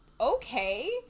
okay